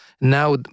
Now